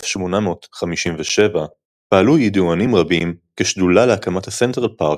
ב-1857 פעלו ידוענים רבים כשדולה להקמת הסנטרל פארק,